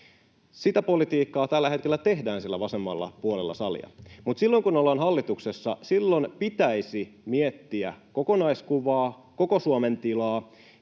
Sitä politiikkaa tällä hetkellä tehdään siellä vasemmalla puolella salia. Mutta silloin, kun ollaan hallituksessa, pitäisi miettiä kokonaiskuvaa, koko Suomen tilaa,